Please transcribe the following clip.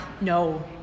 No